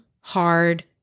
hard